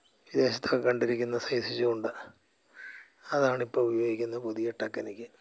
വിദേശത്തൊക്കെ കണ്ടിരിക്കുന്ന സൈസ് ചൂണ്ട അതാണ് ഇപ്പോൾ ഉപയോഗിക്കുന്ന പുതിയ ടെക്നിക്ക്